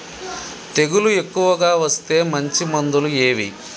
తెగులు ఎక్కువగా వస్తే మంచి మందులు ఏవి?